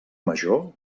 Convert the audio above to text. major